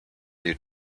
your